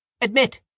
Admit